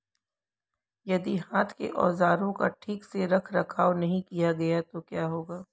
यदि हाथ के औजारों का ठीक से रखरखाव नहीं किया गया तो क्या होगा?